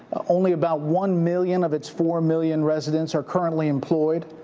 only about one million of its four million residents are currently employed.